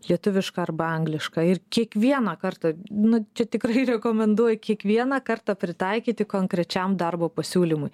lietuvišką arba anglišką ir kiekvieną kartą na čia tikrai rekomenduoju kiekvieną kartą pritaikyti konkrečiam darbo pasiūlymui